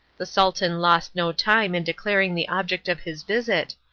the sultan lost no time in declaring the object of his visit,